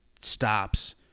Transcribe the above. stops